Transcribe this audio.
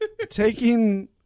Taking